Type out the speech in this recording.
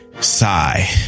sigh